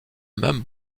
même